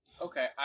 Okay